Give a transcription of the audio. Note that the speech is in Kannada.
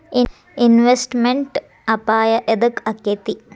ಇನ್ವೆಸ್ಟ್ಮೆಟ್ ಅಪಾಯಾ ಯದಕ ಅಕ್ಕೇತಿ?